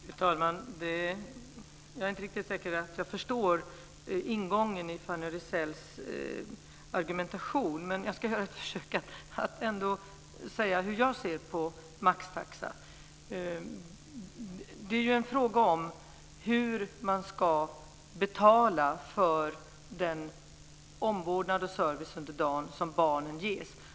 Fru talman! Jag är inte riktigt säker på att jag förstår ingången i Fanny Rizells argumentation men jag ska göra ett försök att säga hur jag ser på maxtaxan. Detta är en fråga om hur man ska betala för den omvårdnad och service under dagen som barnen ges.